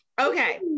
Okay